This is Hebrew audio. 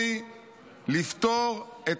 מה